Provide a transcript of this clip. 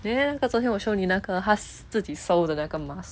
then 那个昨天我 show 你那个她自己 sew 的那个 mask